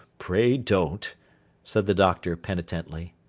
pray don't said the doctor penitently.